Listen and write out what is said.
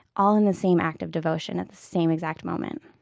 all in the same act of devotion at the same exact moment